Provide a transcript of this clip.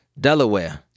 Delaware